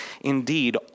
Indeed